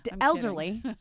elderly